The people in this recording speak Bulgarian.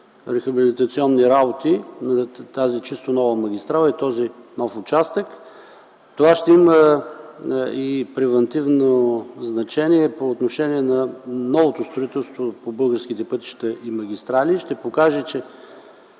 рехабилитационни работи на тази чисто нова магистрала и този нов участък? Това ще има и превантивно значение по отношение на новото строителство по българските пътища и магистрали. Ще покаже, че